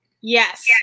Yes